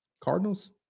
Cardinals